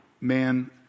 man